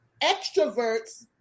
extroverts